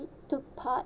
took part